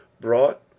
brought